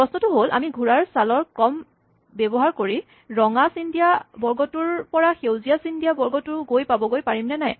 প্ৰশ্নটো হ'ল আমি ঘোঁৰাৰ চালৰ ক্ৰম ব্যৱহাৰ কৰি ৰঙা চিন দিয়া বৰ্গটোৰ পৰা সেউজীয়া চিন দিয়া বৰ্গটো গৈ পাবগৈ পাৰিম নাই